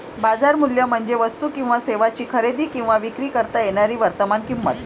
बाजार मूल्य म्हणजे वस्तू किंवा सेवांची खरेदी किंवा विक्री करता येणारी वर्तमान किंमत